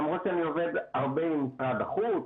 למרות שאני עובד עם משרד החוץ,